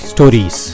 Stories